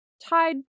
tide